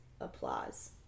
applause